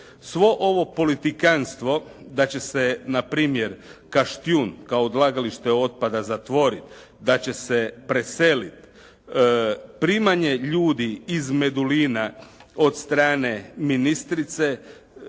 Svo ovo politikanstvo da će se na primjer Kaštjun kao odlagalište otpada zatvoriti, da će se preseliti primanje ljudi iz Medulina od strane ministrice